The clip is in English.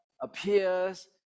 appears